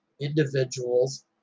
individuals